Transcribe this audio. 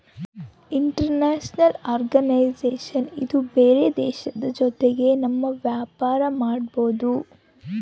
international organisation ಇಂದ ಬೇರೆ ದೇಶದ ಜೊತೆಗೆ ನಮ್ ವ್ಯಾಪಾರ ಮಾಡ್ಬೋದು